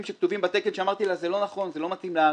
שכתובים בתקן שאמרתי לה שהם לא מתאימים לארץ.